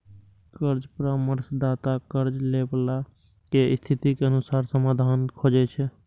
कर्ज परामर्शदाता कर्ज लैबला के स्थितिक अनुसार समाधान खोजै छै